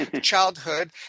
childhood